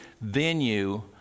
venue